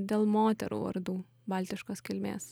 dėl moterų vardų baltiškos kilmės